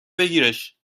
بگیرش